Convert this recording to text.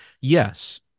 yes